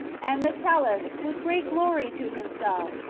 and metellus with great glory to himself,